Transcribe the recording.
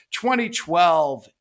2012